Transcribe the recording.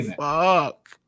Fuck